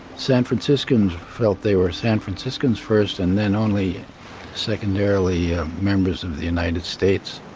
san franciscans felt they were san franciscans first and then only secondarily members of the united states